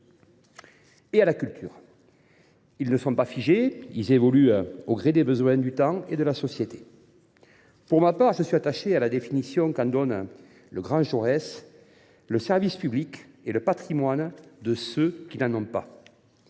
publics ne sont pas figés, ils évoluent au gré des besoins du temps et de la société. Pour ma part, je suis attaché à la définition qu’en donne le grand Jaurès :« Le service public est le patrimoine de ceux qui n’en ont pas.